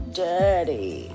dirty